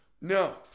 No